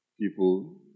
people